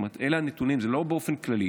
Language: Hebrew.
אלה הנתונים, זה לא באופן כללי.